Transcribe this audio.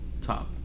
top